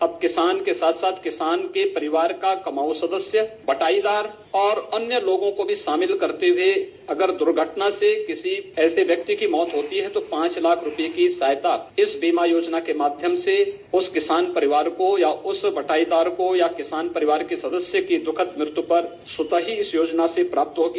अब किसान के साथ साथ किसार के परिवार का कमांऊ सदस्य बंटाईदार और अन्य लोगों को भी शामिल करते हुए अगर दुर्घटना से किसी ऐसे व्यक्ति की मौत होती है तो पांच लाख रूपये की सहायता इस बीमा योजना के माध्यम से उस किसान परिवार को या उस बंटाईदार को या किसान परिवार के सदस्य की दुःखद मृत्यु पर स्वतः ही इस योजना से प्राप्त होगी